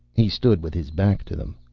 he stood with his back to them.